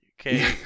Okay